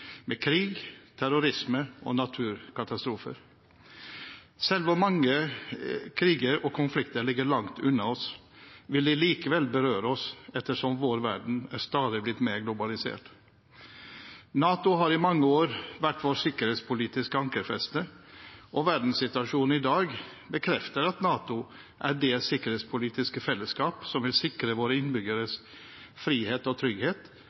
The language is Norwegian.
med krig, terrorisme og naturkatastrofer. Selv om mange kriger og konflikter ligger langt unna oss, vil de likevel berøre oss ettersom vår verden er blitt stadig mer globalisert. NATO har i mange år vært vårt sikkerhetspolitiske ankerfeste, og verdenssituasjonen i dag bekrefter at NATO er det sikkerhetspolitiske fellesskap som vil sikre våre innbyggeres frihet og trygghet,